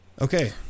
Okay